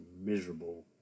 miserable